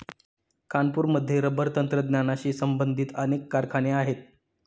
कानपूरमध्ये रबर तंत्रज्ञानाशी संबंधित अनेक कारखाने आहेत